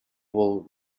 would